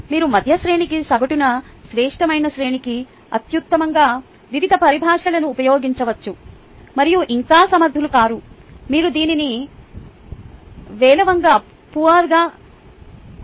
మీరు మధ్య శ్రేణికి సగటును శ్రేష్ఠమైన శ్రేణికి అత్యుత్తమంగా వివిధ పరిభాషలను ఉపయోగించవచ్చు మరియు ఇంకా సమర్థులు కాదు మీరు దీనిని పేలవంగా కూడా పిలుస్తారు